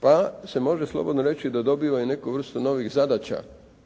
pa se može slobodno reći da dobiva i neku vrstu novih zadaća